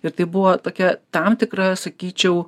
ir tai buvo tokia tam tikra sakyčiau